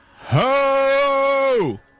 Ho